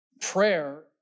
prayer